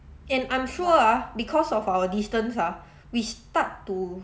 and I'm sure ah because of our distance ah we start to